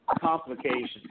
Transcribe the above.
complications